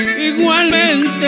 igualmente